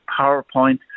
PowerPoint